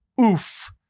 Oof